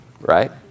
Right